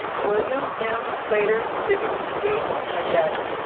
william m. plater civic engagement medallion